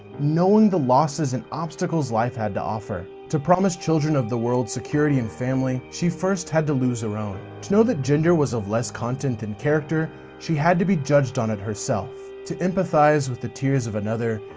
knowing the losses and obstacles life had to offer. to promise children of world security and family, she first had to lose her own. to know that gender was of less content than and character, she had to be judged on it herself. to empathize with the tears of another,